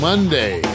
Monday